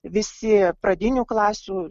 visi pradinių klasių